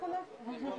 לעיר נצרת.